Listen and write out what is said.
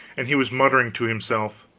and he was muttering to himself.